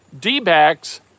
D-backs